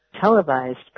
televised